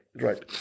Right